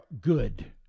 good